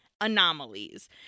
anomalies